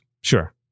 Sure